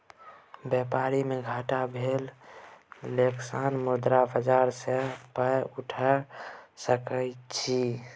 बेपार मे घाटा भए गेलासँ मुद्रा बाजार सँ पाय उठा सकय छी